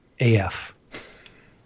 AF